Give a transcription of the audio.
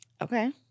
Okay